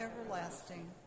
everlasting